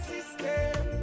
System